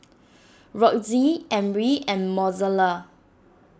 Roxie Emry and Mozella